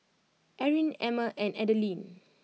Erin Emmer and Adalynn